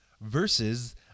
versus